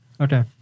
Okay